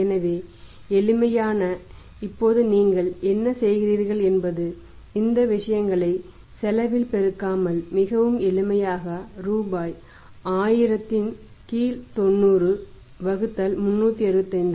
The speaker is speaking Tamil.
எனவே எளிமையானது இப்போது நீங்கள் என்ன செய்கிறீர்கள் என்பது இந்த விஷயங்களை செலவில் பெருக்காமல் மிகவும் எளிமையாக ரூபாய் 100090 வகுத்தல் 365